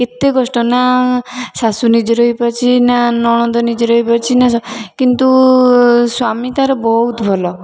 କେତେ କଷ୍ଟ ନା ଶାଶୁ ନିଜର ହେଇପାରୁଛି ନା ନଣନ୍ଦ ନିଜର ହେଇପାରୁଛି ନା କିନ୍ତୁ ସ୍ୱାମୀ ତାର ବହୁତ ଭଲ